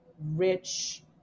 rich